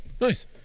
Nice